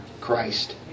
Christ